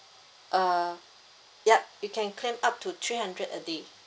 uh yup you can claim up to three hundred a day